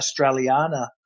Australiana